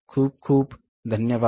खूप खूप धन्यवाद